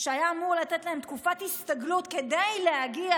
שהיה אמור לתת להם תקופת הסתגלות כדי להגיע